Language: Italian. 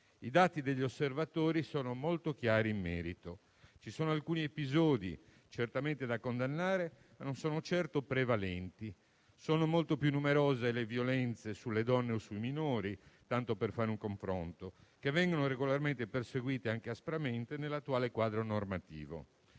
I dati degli osservatori sono molto chiari in merito; ci sono alcuni episodi, certamente da condannare, ma non sono certo prevalenti. Sono molto più numerose le violenze sulle donne o sui minori, tanto per fare un confronto, che vengono regolarmente perseguite anche aspramente nell'attuale quadro normativo.